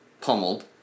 pummeled